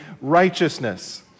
righteousness